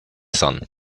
sun